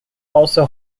also